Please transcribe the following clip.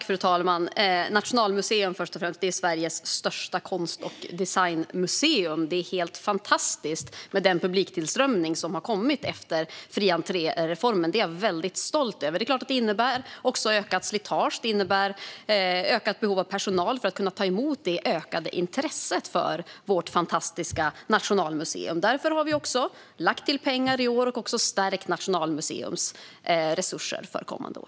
Fru talman! Nationalmuseum är Sveriges största konst och designmuseum. Det är helt fantastiskt med den publiktillströmning som har kommit efter fri-entré-reformen. Det är jag väldigt stolt över. Det är klart att det också innebär ett ökat slitage. Det innebär ett ökat behov av personal för att man ska kunna ta emot det ökade intresset för vårt fantastiska Nationalmuseum. Därför har vi lagt till pengar i år och också stärkt Nationalmuseums resurser för kommande år.